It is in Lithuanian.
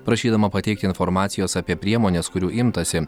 prašydama pateikti informacijos apie priemones kurių imtasi